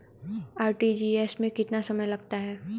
RTGS में कितना समय लगता है?